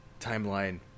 timeline